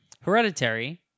Hereditary